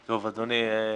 אדוני,